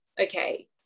okay